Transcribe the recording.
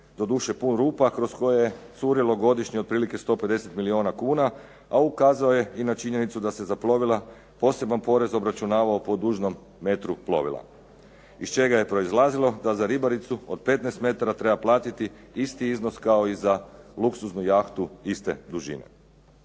doduše pun rupa kroz koje je curilo godišnje otprilike 150 milijuna kuna a ukazao je i na činjenicu da se za plovila poseban porez obračunavao po dužnom metru plovila iz čega je proizlazilo da za ribaricu od 15 metara treba platiti isti iznos kao i za luksuznu jahtu iste dužine.